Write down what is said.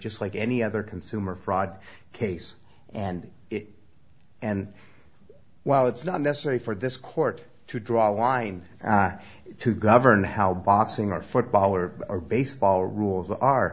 just like any other consumer fraud case and it and while it's not necessary for this court to draw a line to govern how boxing or football or baseball rules are